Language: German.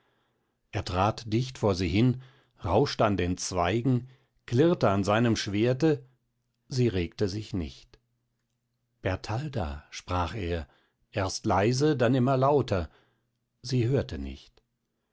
er trat dicht vor sie hin rauschte an den zweigen klirrte an seinem schwerte sie regte sich nicht bertalda sprach er erst leise dann immer lauter sie hörte nicht